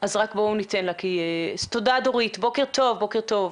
בוקר טוב.